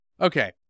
Okay